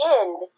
end